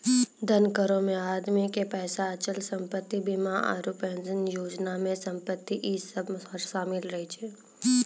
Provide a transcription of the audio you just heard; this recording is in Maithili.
धन करो मे आदमी के पैसा, अचल संपत्ति, बीमा आरु पेंशन योजना मे संपत्ति इ सभ शामिल रहै छै